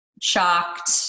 shocked